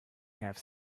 have